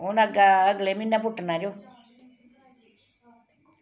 हून अग्गें अगले म्हीनै पुट्टना जो